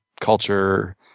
culture